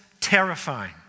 terrifying